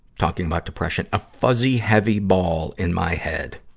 talking about depression a fuzzy, heavy ball in my head.